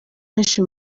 benshi